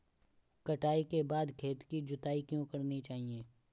कटाई के बाद खेत की जुताई क्यो करनी चाहिए?